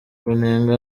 kunenga